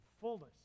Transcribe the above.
fullness